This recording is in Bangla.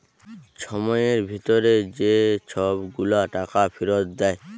ছময়ের ভিতরে যে ছব গুলা টাকা ফিরত দেয়